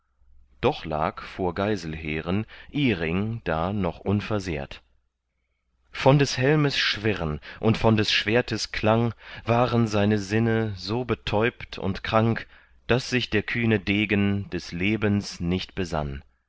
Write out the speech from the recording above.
doch lag vor geiselheren iring da noch unversehrt von des helmes schwirren und von des schwertes klang waren seine sinne so betäubt und krank daß sich der kühne degen des lebens nicht besann